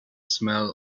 smell